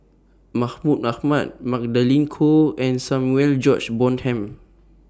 Mahmud Ahmad Magdalene Khoo and Samuel George Bonham